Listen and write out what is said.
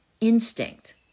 instinct